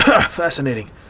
Fascinating